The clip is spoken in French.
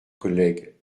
collègue